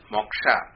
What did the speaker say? Moksha